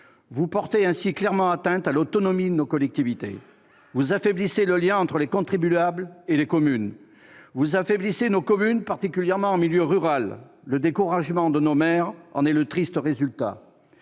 Vous portez ainsi clairement atteinte à l'autonomie de nos collectivités. Vous amoindrissez le lien entre les contribuables et nos communes, que vous affaiblissez, particulièrement en milieu rural. Le découragement de nos maires en est le triste résultat.